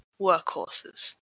workhorses